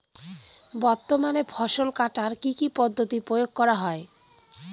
বর্তমানে ফসল কাটার কি কি পদ্ধতি প্রয়োগ করা হয়?